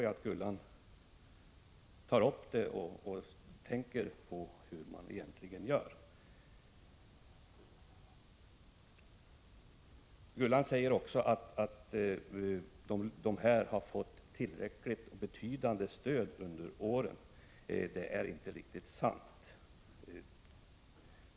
Gullan Lindblad säger också att de här grupperna har fått betydande stöd under åren. Det är inte riktigt sant.